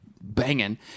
banging